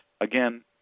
Again